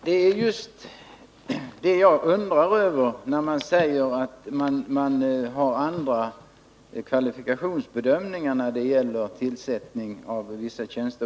Herr talman! Det jag undrar över är just att man på invandrarverket har andra kvalifikationsbedömningar när det gäller tillsättning av vissa tjänster.